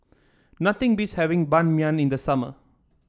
nothing beats having Ban Mian in the summer